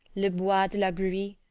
le bois de la grurie,